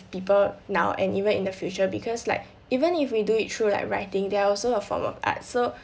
people now and even in the future because like even if we do it through like writing they are also a form of art so